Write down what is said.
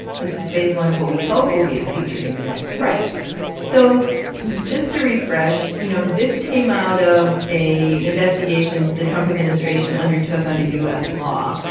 this is phase one of what we hope will be a big trade deal right so just to refresh, you know, this came out of a an investigation the trump administration undertook under u s. law,